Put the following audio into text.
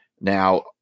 Now